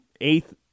Eighth